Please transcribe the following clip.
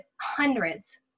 hundreds